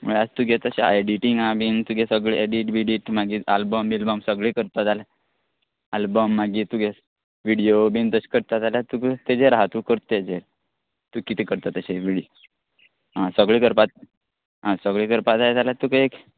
म्हळ्या तुगें तशें आ एडिटींग आ बीन तुगें सगळें एडीट बिडीट मागीर आल्बम बिल्बम सगळें करपा जाय आल्या आल्बम मागीर तुगे विडयो बीन तश करता जाल्या तुका ताजेर आसा तूं करत तेजेर तूं किदें करता तशें विड आ सगळें करपा आ सगळें करपा जाय जाल्या तुक एक